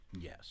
Yes